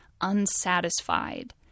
unsatisfied